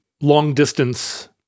long-distance